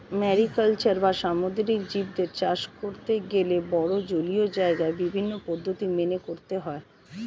mariculture বা সামুদ্রিক জীবদের চাষ করতে গেলে বড়ো জলীয় জায়গায় বিভিন্ন পদ্ধতি মেনে করতে হয়